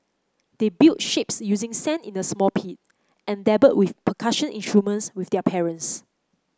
they built shapes using sand in a small pit and dabble with percussion instruments with their parents